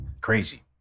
Crazy